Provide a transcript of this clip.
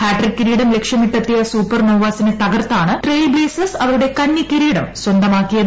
hat trick കിരീടം ലക്ഷ്യമിട്ടെത്തിയ super നോവാസിനെ തകർത്താണ് ട്രെയിൽ ബ്ലെയ്സേഴ്സ് അവരുടെ കന്നിക്കിരീടം സ്വന്തമാക്കിയത്